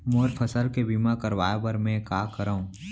मोर फसल के बीमा करवाये बर में का करंव?